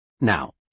now